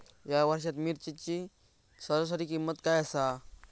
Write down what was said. या वर्षात मिरचीची सरासरी किंमत काय आसा?